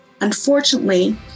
Unfortunately